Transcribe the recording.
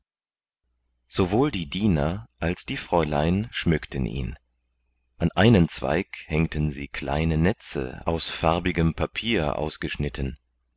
sowohl die diener als die fräulein schmückten ihn an einen zweig hängten sie kleine netze aus farbigem papier ausgeschnitten